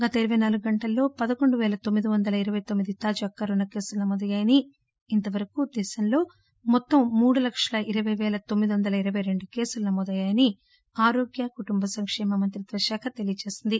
గత ఇరపై నాలుగు గంటల్లో పదకొండు పేల తొమ్మిది వందల ఇరపై తొమ్మిది తాజా కరోనా కేసులు నమోదయ్యాయని ఇంతవరకూ దేశంలో మొత్తం మూడు లక్షల ఇరపై పేల తొమ్మిది వందల ఇరపై రెండు కేసులు నమోదయ్యాయని ఆరోగ్య కుటుంబ సంకేమ మంత్రిత్వ శాఖ తెలియచేసింది